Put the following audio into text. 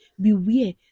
Beware